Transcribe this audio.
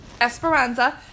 Esperanza